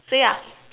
say ah